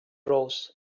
rose